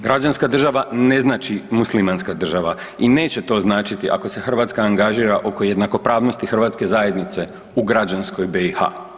Građanska država ne znači muslimanska država i neće to značiti ako se Hrvatska angažira oko jednakopravnosti hrvatske zajednice u građanskoj BiH.